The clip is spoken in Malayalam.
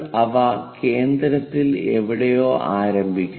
അവ കേന്ദ്രത്തിൽ എവിടെയോ ആരംഭിക്കുന്നു